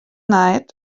night